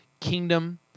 kingdom